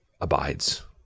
abides